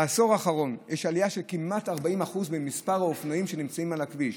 בעשור האחרון יש עלייה של 40% כמעט במספר האופנועים שנמצאים על הכביש.